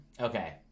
Okay